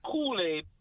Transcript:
Kool-Aid